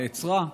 נעצרה,